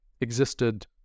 existed